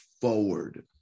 forward